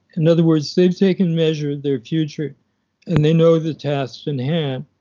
in other words, they've taken measure their future and they know the tasks in hand.